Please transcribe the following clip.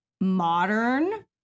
modern